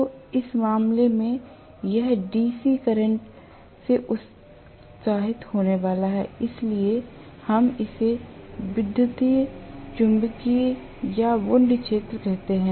तो इस मामले में यह DC करंट से उत्साहित होने वाला है इसलिए हम इसे विद्युत चुम्बकीय या वुन्ड क्षेत्र कहते हैं